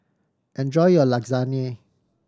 enjoy your Lasagna